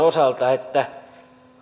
osalta että